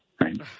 right